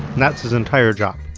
that's his entire job